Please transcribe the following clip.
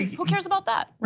who cares about that, right?